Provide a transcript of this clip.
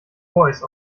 voice